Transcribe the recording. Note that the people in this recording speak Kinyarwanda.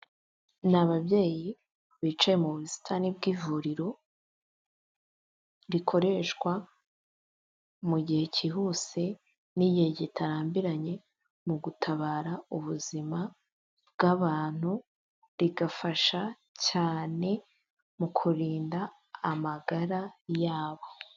Ni ababyeyi bicaye mu busitani bwivuriro, rikoreshwa mu gihe cyihuse n'igihe gitarambiranye, mu gutabara ubuzima bw abantu, rigafasha cyane mu kurinda amagara yabo.